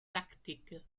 lackdicke